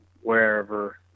wherever